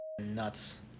Nuts